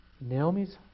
Naomi's